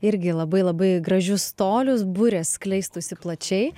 irgi labai labai gražius tolius burės skleistųsi plačiai